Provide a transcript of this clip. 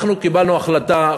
אנחנו קיבלנו החלטה,